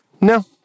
no